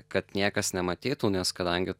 kad niekas nematytų nes kadangi